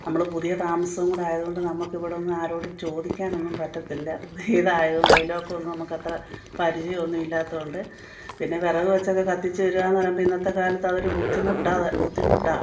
നമ്മൾ പുതിയ താമസവും കൂടി ആയത് നമുക്കിവിടുന്ന് ആരോടും ചോദിക്കാനൊന്നും പറ്റത്തില്ല പുതിയതായതു കൊണ്ട് അയൽപക്കമൊന്നും നമുക്കത്ര പരിചയമൊന്നുമില്ലാത്തതു കൊണ്ട് പിന്നെ വിറകു വെച്ചൊക്കെ കത്തിച്ച് വരുകാമെന്നു പറയുമ്പോൾ ഇന്നത്തെ കാലത്ത് അതൊരു ബുദ്ധിമുട്ടാണ് അത് ബുദ്ധിമുട്ടാണ്